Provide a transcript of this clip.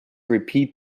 repeat